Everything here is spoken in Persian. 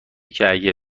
اگه